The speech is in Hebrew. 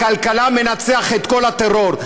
הכלכלה מנצחת את כל הטרור,